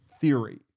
theory